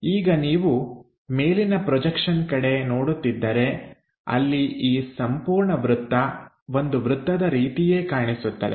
ಈಗ ನೀವು ಮೇಲಿನ ಪ್ರೊಜೆಕ್ಷನ್ ಕಡೆ ನೋಡುತ್ತಿದ್ದರೆ ಅಲ್ಲಿ ಈ ಸಂಪೂರ್ಣ ಆಕೃತಿ ಒಂದು ವೃತ್ತದ ರೀತಿಯೇ ಕಾಣಿಸುತ್ತದೆ